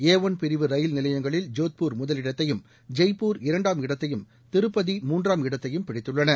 ஏ one பிரிவு ரயில் நிலையங்களில் ஜோத்பூர் முதலிடத்தையும் ஜெய்பூர் இரண்டாம் இடத்தையும் திருப்பதி மூன்றாம் இடத்தையும் பிடித்துள்ளன